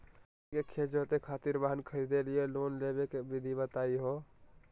हमनी के खेत जोते खातीर वाहन खरीदे लिये लोन लेवे के विधि बताही हो?